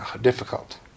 difficult